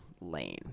lane